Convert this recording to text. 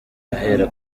ahera